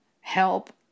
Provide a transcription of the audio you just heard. help